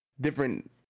different